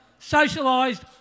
socialised